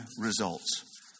results